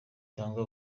cyangwa